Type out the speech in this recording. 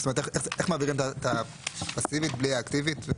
איך מעבירים את הפסיבית בלי האקטיבית?